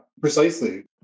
precisely